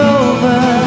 over